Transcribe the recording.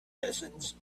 lessons